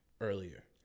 earlier